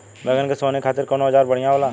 बैगन के सोहनी खातिर कौन औजार बढ़िया होला?